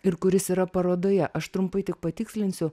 ir kuris yra parodoje aš trumpai tik patikslinsiu